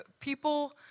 people